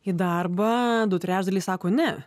į darbą du trečdaliai sako ne